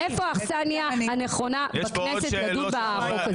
איפה האכסנייה הנכונה בכנסת לדון בחוק הזה.